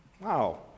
Wow